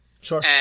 sure